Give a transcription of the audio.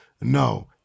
no